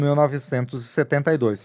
1972